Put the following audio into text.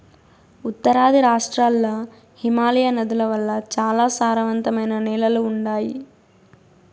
ఉత్తరాది రాష్ట్రాల్ల హిమాలయ నదుల వల్ల చాలా సారవంతమైన నేలలు ఉండాయి